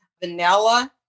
Vanilla